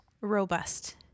robust